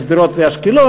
בשדרות ואשקלון,